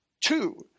Two